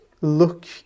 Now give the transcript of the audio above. look